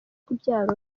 kubyara